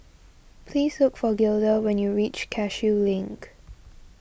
please look for Gilda when you reach Cashew Link